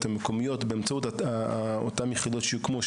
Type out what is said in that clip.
המקומיות באמצעות אותן יחידות שיוקמו,